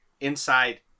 inside